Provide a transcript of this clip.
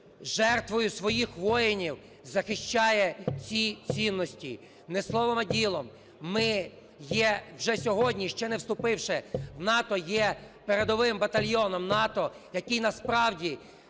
жертвою своїх воїнів захищає ці цінності. Не словом, а ділом. Ми є вже сьогодні, ще не вступивши в НАТО, є передовим батальйоном НАТО, який насправді